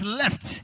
left